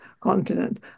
continent